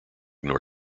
nor